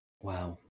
wow